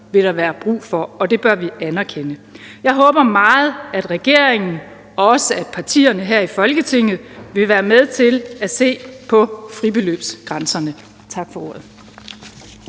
vil der være brug for, og det bør vi anerkende. Jeg håber meget, at regeringen og også partierne her i Folketinget vil være med til at se på fribeløbsgrænserne. Tak for ordet.